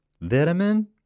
Vitamin